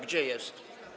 Gdzie jest?